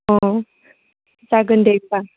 अ जागोन दे बिदिब्ला